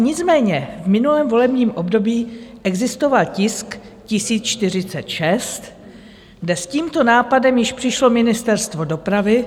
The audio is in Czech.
Nicméně v minulém volebním období existoval tisk 1046, kde s tímto nápadem již přišlo Ministerstvo dopravy.